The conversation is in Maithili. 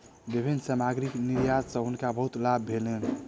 विभिन्न सामग्री निर्यात सॅ हुनका बहुत लाभ भेलैन